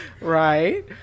Right